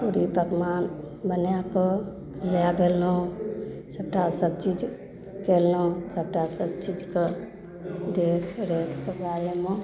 पूरी पकवान बनाकऽ लए गेलहुँ सबटा सब चीज केलहुँ सबटा सब चीजके देख रेखके बारेमे